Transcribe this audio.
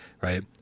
right